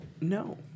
No